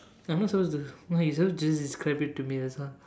I'm not suppose to why you suppose to just describe it to me that's all